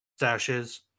stashes